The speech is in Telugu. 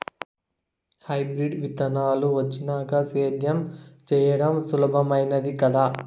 హైబ్రిడ్ విత్తనాలు వచ్చినాక సేద్యం చెయ్యడం సులభామైనాది కదా